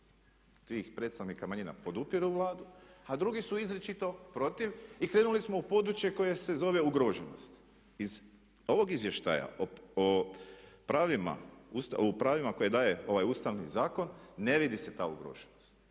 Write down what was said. tih predstavnika manjina podupiru Vladu a drugi su izričito protiv. I krenuli smo u područje koje se zove ugroženost. Iz ovog izvještaja o pravima koje daje ovaj ustavni zakon ne vidi se ta ugroženost,